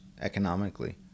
economically